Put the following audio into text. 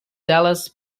dallas